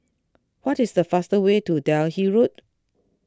what is the fastest way to Delhi Road